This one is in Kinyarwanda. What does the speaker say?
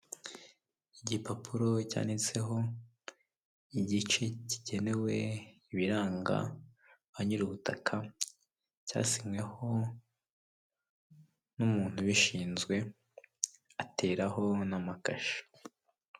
Igipapuro cyanditseho igice kigenewe ibiranga ba nyiri ubutaka cyasinyweho n'umuntu ubishinzwe ateraho n'amakashi.